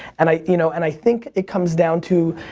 and i you know and i think it comes down to,